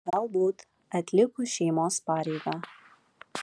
galbūt atlikus šeimos pareigą